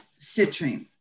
citrine